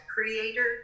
creator